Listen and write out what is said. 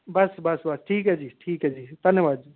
बस बस बस ठीक ऐ ठीक ऐ जी धन्नबाद जी